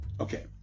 Okay